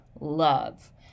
love